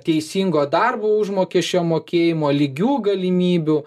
teisingo darbo užmokesčio mokėjimo lygių galimybių